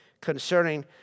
concerning